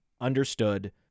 Understood